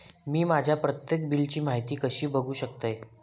मी माझ्या प्रत्येक बिलची माहिती कशी बघू शकतय?